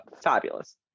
fabulous